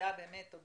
בשעה